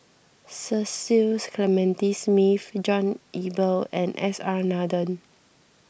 Cecil Clementi Smith John Eber and S R Nathan